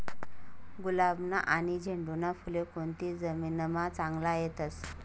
गुलाबना आनी झेंडूना फुले कोनती जमीनमा चांगला येतस?